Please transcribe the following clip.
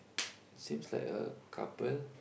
seems like a couple